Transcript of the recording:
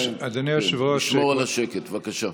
לשמור על השקט, בבקשה.